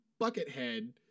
Buckethead